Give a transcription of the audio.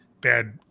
bad